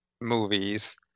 movies